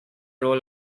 role